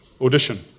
Audition